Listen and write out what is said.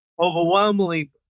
overwhelmingly